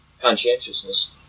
conscientiousness